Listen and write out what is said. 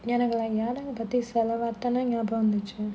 எனக்கு அவன் ஞாபகபடுத்தி:enakku avan nyabagapaduthi ஞாபகம் வந்துச்சு:nyabagam vandhuchu